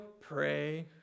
pray